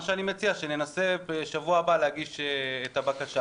אני מציע שבשבוע הבא ננסה להגיש את הבקשה,